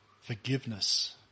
forgiveness